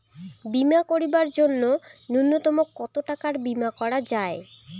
বীমা করিবার জন্য নূন্যতম কতো টাকার বীমা করা যায়?